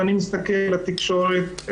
ואני מסתכל לתקשורת,